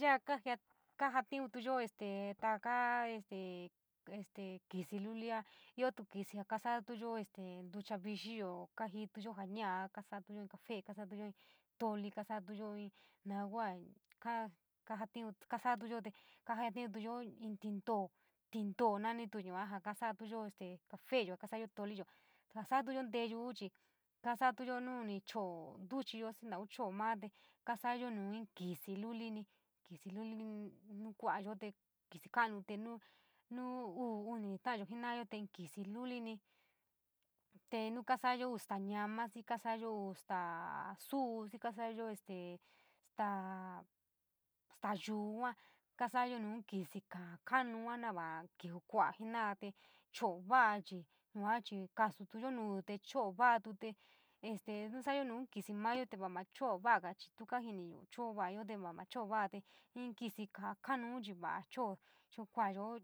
Yaa kajia, kajatiuntuyo este taka este, este kisi lulia iootu kísí jaa kaso’atuyo ntucha vixiiyo kaajiituyo jaa ñaa, kasatuyo café, kaa saatuyo tooli, kasa’antuyo inn tinto’o nanitu yua jaa kasa’atuyo cafeyo kasa’atuyo toliyo, jaa sa’atuyo nteyuun chii kasa’atuyo nuuni cho’o ntuchiyo xii nauun cho’o maa te kasa’ayo nuu in kísí lulini, kísí luliun nuu kua’ayo tr kísí ka’anu nuu te nu nuu uu, uni ta’ayo jena’ayo te inn kisí lulini, te nuu kuayo staa ñaama, xii kasa’ayo uu staa suu, xii kasa’a staa, staa yuu yua, kasa’a yo nuu in kisi kaa ka’anuun no va’a kiuu kua’a jena’a te cho’o va’a chii yua chii kaasuyotu nuu te cho’o va’atu te este naun sa’ayo nuu inn kisí mayo te va maa cho’o va’aga chii tu kajiniyo chu’un vayo, tee va mas cho’o va’a te inn kísí kaa ka’anun chii va’a cho’o, chu’un va’ayo chu’un kuayo